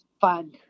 fun